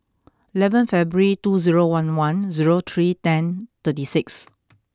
eleven February two zero one one zero three ten thirty six